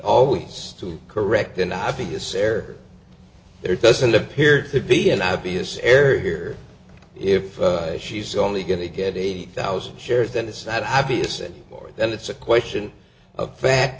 always to correct an obvious error there doesn't appear to be an obvious error here if she's only going to get eighty thousand shares that it's not obvious and that's a question of fact